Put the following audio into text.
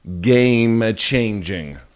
game-changing